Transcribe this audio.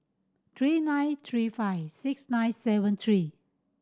three nine three five six nine seven three